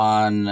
on